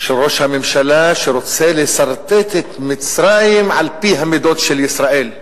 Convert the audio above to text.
של ראש הממשלה שרוצה לסרטט את מצרים על-פי המידות של ישראל.